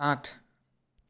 আঠ